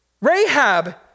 Rahab